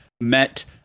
met